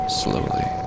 slowly